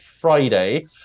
Friday